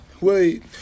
Wait